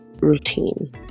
routine